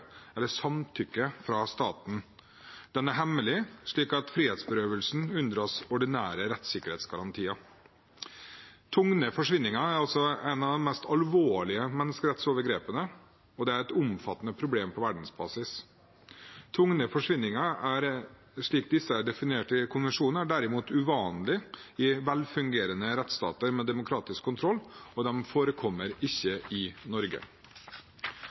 eller samtykke fra staten. Den er hemmelig, slik at frihetsberøvelsen unndras ordinære rettssikkerhetsgarantier. Tvungne forsvinninger er et av de mest alvorlige menneskerettsovergrepene, og det er et omfattende problem på verdensbasis. Tvungne forsvinninger, slik disse er definert i konvensjonen, er derimot uvanlig i velfungerende rettsstater med demokratisk kontroll. De forekommer ikke i Norge.